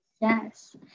Yes